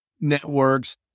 networks